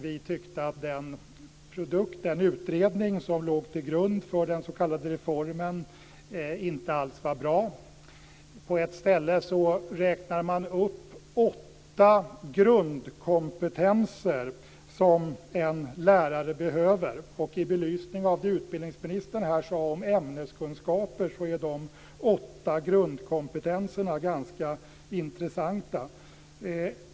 Vi tyckte att den utredning som låg till grund för den s.k. reformen inte alls var bra. På ett ställe räknar man upp åtta grundkompetenser som en lärare behöver. I belysning av det utbildningsministern sade om ämneskunskaper är de åtta grundkompetenserna ganska intressanta.